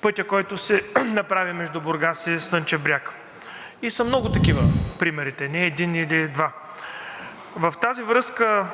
пътя, който се направи между Бургас и Слънчев бряг, и много такива са примерите, не един или два. В тази връзка